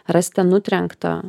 rasite nutrenktą